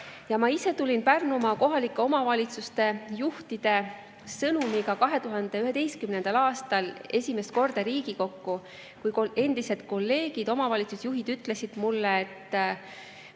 Ma ise tulin Pärnumaa kohalike omavalitsuste juhtide sõnumiga 2011. aastal esimest korda Riigikokku, kui endised kolleegid, omavalitsusjuhid, ütlesid mulle, et